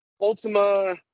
Ultima